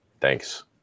thanks